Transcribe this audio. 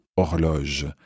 horloge